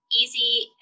easy